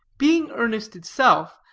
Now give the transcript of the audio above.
being earnest itself,